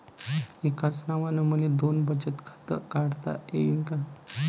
एकाच नावानं मले दोन बचत खातं काढता येईन का?